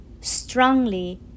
strongly